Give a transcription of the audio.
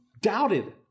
doubted